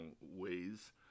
ways